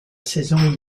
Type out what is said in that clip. saison